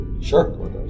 Sure